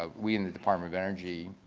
ah we in the department of energy